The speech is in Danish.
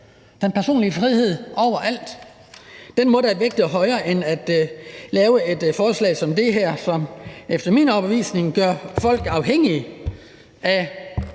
Den personlige frihed er over alt, og den må da vægte højere end at lave et forslag som det her, som efter min overbevisning gør folk afhængige af